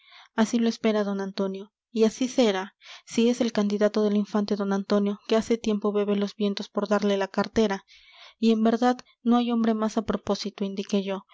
así lo espera d antonio y así será si es el candidato del infante d antonio que hace tiempo bebe los vientos por darle la cartera y en verdad no hay hombre más a propósito indiqué yo